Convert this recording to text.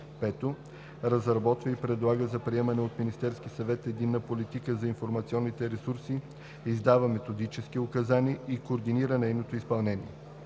5. разработва и предлага за приемане от Министерския съвет единна политика за информационните ресурси, издава методически указания и координира нейното изпълнение;